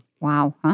Wow